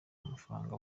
amafaranga